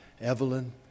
Evelyn